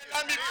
שנעלם מפה